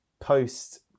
post